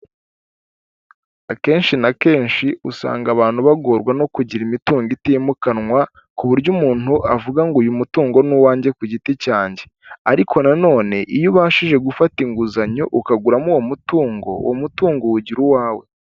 Akenshi na kenshi usanga abantu bagorwa no kugira imitungo itimukanwa, ku buryo umuntu avuga ngo uyu mutungo ni uwanjye ku giti cyanjye, ariko nanone iyo ubashije gufata inguzanyo ukaguramo uwo mutungo, uwo mutungo uwugira uwawe.